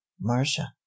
marcia